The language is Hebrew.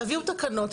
תביאו תקנות,